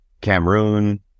Cameroon